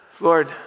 Lord